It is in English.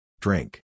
Drink